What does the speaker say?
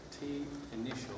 T-Initial